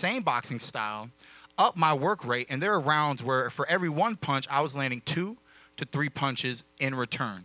same boxing style up my work rate and their rounds where for every one punch i was learning two to three punches in return